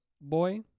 Boy